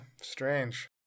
strange